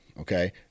Okay